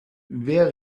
wer